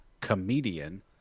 comedian